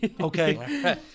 Okay